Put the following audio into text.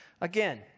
Again